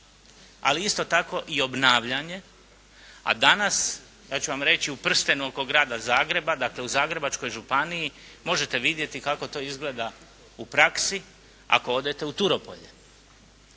ali isto tako i obnavljanje, a danas, ja ću vam reći u prstenu oko grada Zagreba, dakle u Zagrebačkoj županiji možete vidjeti k ako to izgleda u praksi ako odete u Turopolje.